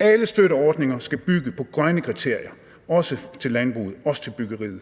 alle støtteordninger skal bygge på grønne kriterier, også til landbruget og også